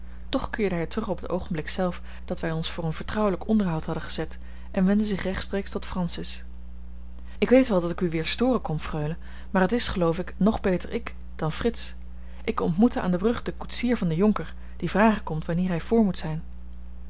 toch keerde hij terug op het oogenblik zelf dat wij ons voor een vertrouwelijk onderhoud hadden gezet en wendde zich rechtstreeks tot francis ik weet wel dat ik u weer storen kom freule maar het is geloof ik nog beter ik dan frits ik ontmoette aan de brug den koetsier van den jonker die vragen komt wanneer hij vr moet zijn